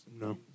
No